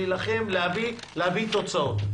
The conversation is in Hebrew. להילחם ולהביא תוצאות.